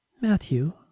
matthew